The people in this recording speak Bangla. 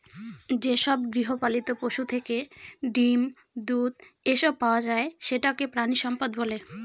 যেসব গৃহপালিত পশুদের থেকে ডিম, দুধ, এসব পাওয়া যায় সেটাকে প্রানীসম্পদ বলে